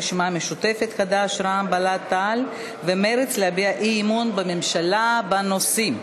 הרשימה המשותפת ומרצ להביע אי-אמון בממשלה בנושאים,